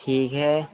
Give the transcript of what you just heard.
ठीक है